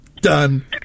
done